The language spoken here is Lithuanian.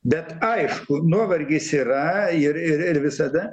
bet aišku nuovargis yra ir ir ir visada